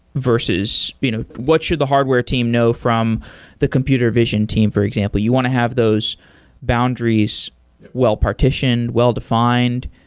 versus you know what should the hardware team know from the computer vision team, for example. you want to have those boundaries well-partitioned, well-defined.